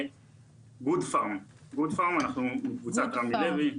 גוד פארם מקבוצת רמי לוי.